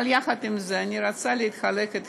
אבל יחד עם זה אני רוצה לשתף אתכם,